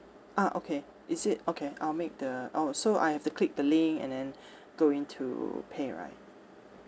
ah okay is it okay I'll make the orh so I have to click the link and then go in to pay right